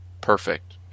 Perfect